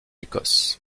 écosse